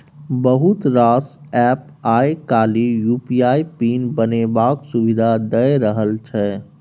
बहुत रास एप्प आइ काल्हि यु.पी.आइ पिन बनेबाक सुविधा दए रहल छै